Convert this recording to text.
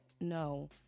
No